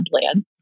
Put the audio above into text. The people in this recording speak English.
plan